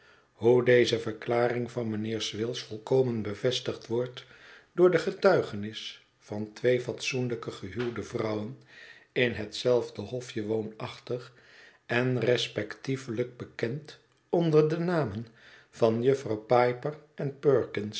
hoe deze verklaring van mijnheer swills volkomen bevestigd wordt door de getuigenis van twee fatsoenlijke gehuwde vrouwen in hetzelfde hofje woonachtig en respectievelijk bekend onder de namen van jufvrouw piper en